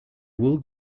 will